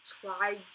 try